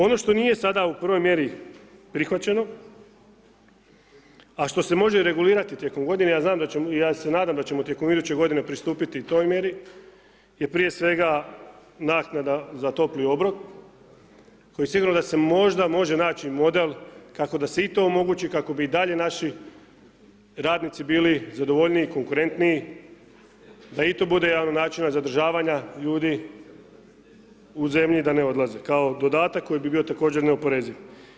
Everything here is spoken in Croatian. Ono što nije sada u prvoj mjeri prihvaćeno a što se može regulirati tijekom godine, ja se nadam da ćemo tijekom iduće godine pristupiti i toj mjeri je prije svega naknada za topli obrok, koji sigurno da se možda može naći model kako da se i to omogući kako bi i dalje naši radnici bili zadovoljniji konkurentniji da i to bude jedan od načina zadržavanja ljudi u zemlji da ne odlaze, kao dodatak koji bi bio također neoporeziv.